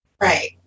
Right